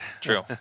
true